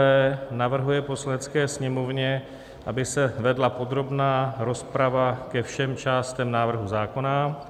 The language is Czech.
II. navrhuje Poslanecké sněmovně, aby se vedla podrobná rozprava ke všem částem návrhu zákona;